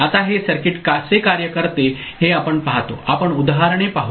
आता हे सर्किट कसे कार्य करते हे आपण पाहतो आपण उदाहरणे पाहू